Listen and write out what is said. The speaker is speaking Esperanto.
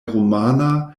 rumana